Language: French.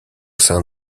sein